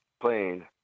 plane